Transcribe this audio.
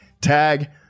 Tag